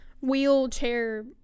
wheelchair